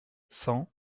cent